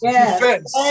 defense